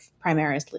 primarily